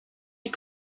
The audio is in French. est